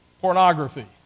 Pornography